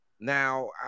Now